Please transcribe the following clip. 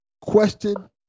Question